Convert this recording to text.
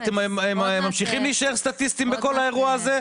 נמצא כאן ד"ר אריה ביטרמן,